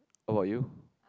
how about you